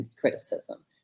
criticism